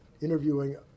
interviewing